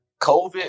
COVID